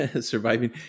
surviving